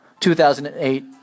2008